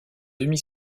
demi